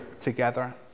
together